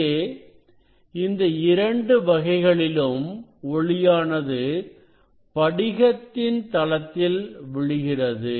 இங்கே இந்த இரண்டு வகைகளிலும் ஒளியானது படிகத்தின் தளத்தில் விழுகிறது